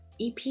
ep